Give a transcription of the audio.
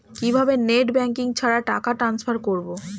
কিভাবে net banking ছাড়া টাকা টান্সফার করব?